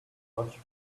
much